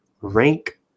rank